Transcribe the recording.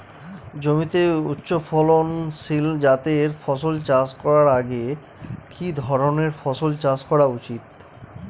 জমিতে উচ্চফলনশীল জাতের ফসল চাষ করার আগে কি ধরণের ফসল চাষ করা উচিৎ?